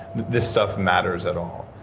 this stuff matters at all.